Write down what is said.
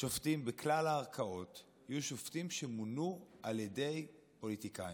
שופטים בכלל הערכאות יהיו שופטים שמונו על ידי פוליטיקאים.